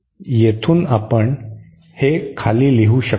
येथून आपण हे खाली लिहू शकतो